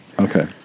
okay